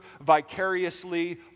vicariously